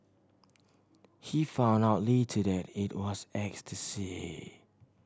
he found out later that it was ecstasy